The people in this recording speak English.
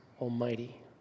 Almighty